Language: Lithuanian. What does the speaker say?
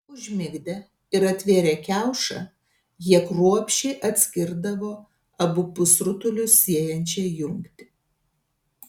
užmigdę ir atvėrę kiaušą jie kruopščiai atskirdavo abu pusrutulius siejančią jungtį